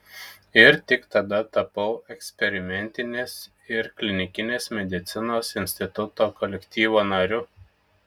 ir tik tada tapau eksperimentinės ir klinikinės medicinos instituto kolektyvo nariu